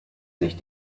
sich